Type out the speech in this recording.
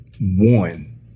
one